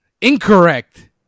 Incorrect